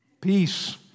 peace